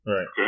Right